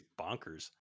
bonkers